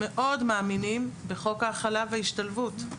מאוד מאמינים בחוק ההכלה וההשתלבות.